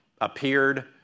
appeared